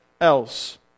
else